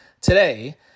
today